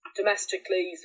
domestically